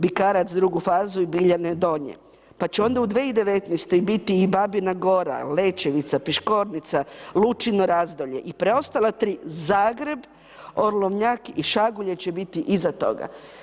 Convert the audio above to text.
Bikarac drugu fazu i Biljane donje, pa će onda u 2019. biti i Babina gora, Lećevica, Piškornica, Lučino razdolje i preostala 3 Zagreb, Orlovnjak i Šagulje će biti iza toga.